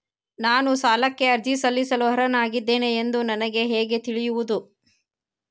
ನಾನು ಸಾಲಕ್ಕೆ ಅರ್ಜಿ ಸಲ್ಲಿಸಲು ಅರ್ಹನಾಗಿದ್ದೇನೆ ಎಂದು ನನಗೆ ಹೇಗೆ ತಿಳಿಯುವುದು?